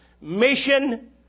mission